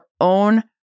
own